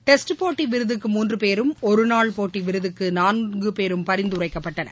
test போட்டி விருதுக்கு மூன்று பேரும் ஒருநாள் போட்டி விருதுக்கு நான்கு பேரும் பரிந்துரைக்கப்பட்டனர்